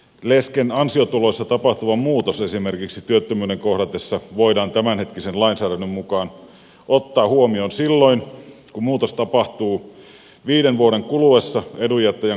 lesken ansiotuloissa tapahtuva muutos esimerkiksi työttömyyden kohdatessa voidaan tämänhetkisen lainsäädännön mukaan ottaa huomioon silloin kun muutos tapahtuu viiden vuoden kuluessa edunjättäjän kuolemasta